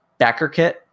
BackerKit